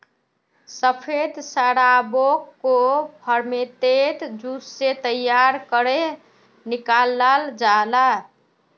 सफ़ेद शराबोक को फेर्मेंतेद जूस से तैयार करेह निक्लाल जाहा